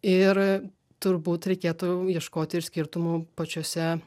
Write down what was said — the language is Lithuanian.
ir turbūt reikėtų ieškot ir skirtumų pačiose